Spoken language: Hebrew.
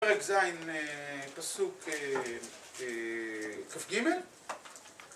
פרק ז', פסוק כ"ג